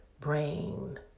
brain